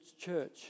church